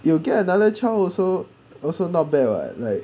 you get another child also also not bad [what] like